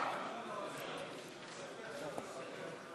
לוועדת העבודה,